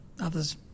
others